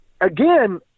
again